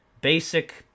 basic